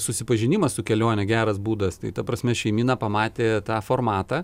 susipažinimas su kelione geras būdas tai ta prasme šeimyna pamatė tą formatą